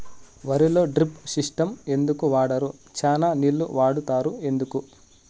వరిలో drip system ఎందుకు వాడరు? చానా నీళ్లు వాడుతారు ఎందుకు?